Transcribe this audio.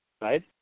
right